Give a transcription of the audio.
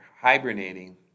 hibernating